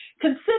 consider